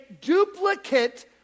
duplicate